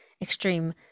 extreme